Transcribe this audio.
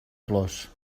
plors